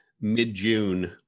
mid-June